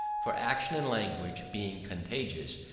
for action and language, being contagious,